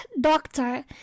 doctor